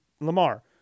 Lamar